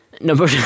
Number